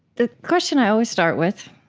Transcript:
the question i always start with,